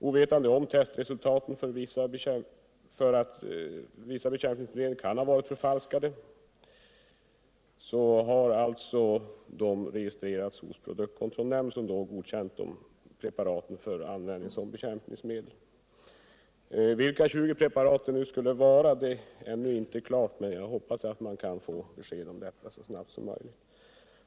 Ovetande om att testresultaten för vissa bekämpningsmedel kan ha varit förfalskade har alltså produktkontrollnämnden registrerat preparaten och därmed godkänt dem såsom bekämpningsmedel. Vilka 20 preparat det här skulle vara fråga om tycks ännu inte vara klarlagt. Jag hoppas att man kan få besked om detta så snabbt som möjligt.